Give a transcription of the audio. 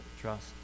trust